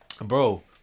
Bro